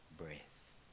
Breath